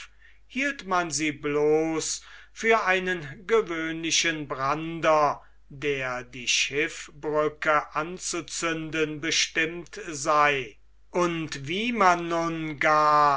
hielt man sie bloß für einen gewöhnlichen brander der die schiffbrücke anzuzünden bestimmt sei und wie man nun gar